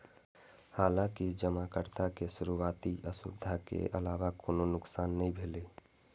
हालांकि जमाकर्ता के शुरुआती असुविधा के अलावा कोनो नुकसान नै भेलै